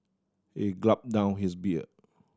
he down his beer